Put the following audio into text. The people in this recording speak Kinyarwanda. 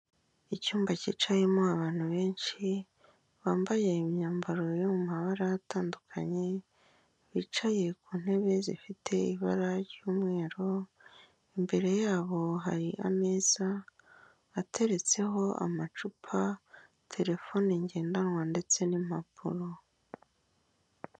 Icyumba cyicayemo abantu benshi, bambaye imyambaro yo mu mabara atandukanye, bicaye ku ntebe zifite ibara ry'umweru, imbere yabo hari ameza ateretseho amacupa, telefone ngendanwa, ndetse n'impapuro.